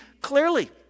clearly